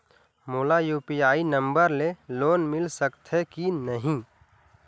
मोला UPI number ले loan मिल सकथे कि नहीं?